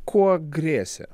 kuo grėsė